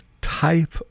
type